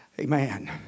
Amen